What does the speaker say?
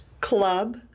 Club